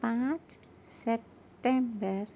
پانچ سپٹمبر